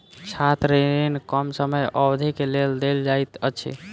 छात्र ऋण कम समय अवधि के लेल देल जाइत अछि